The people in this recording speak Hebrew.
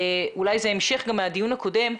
אולי זה המשך גם מהדיון הקודם,